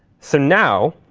so now,